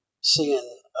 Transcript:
seeing